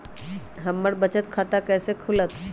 हमर बचत खाता कैसे खुलत?